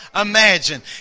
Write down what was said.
imagine